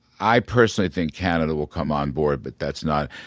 i personally think canada will come on board but that's not,